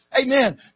Amen